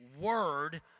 Word